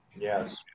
Yes